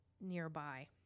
nearby